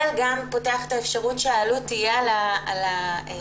זה פותח את האפשרות שהעלות תהיה על הנפגע,